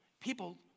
People